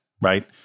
right